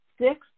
six